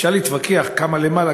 אפשר להתווכח כמה למעלה,